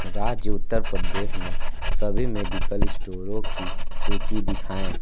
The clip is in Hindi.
राज्य उत्तर प्रदेश मे सभी मेडिकल स्टोरों की सूची दिखाएँ